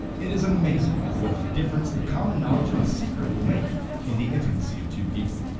it is amazing what a difference the common knowledge of a secret will make in the intimacy of two people.